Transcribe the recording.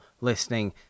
listening